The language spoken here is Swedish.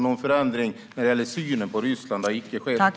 Någon förändring när det gäller synen på Ryssland har icke skett.